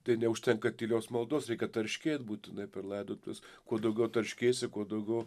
tai neužtenka tylios maldos reikia tarškėt būtinai per laidotuves kuo daugiau tarškėsi kuo daugiau